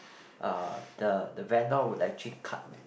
uh the the vendor would actually cut